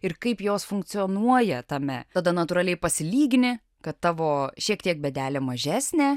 ir kaip jos funkcionuoja tame tada natūraliai pasilygini kad tavo šiek tiek bėdelė mažesnė